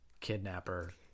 kidnapper